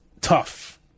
tough